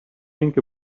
think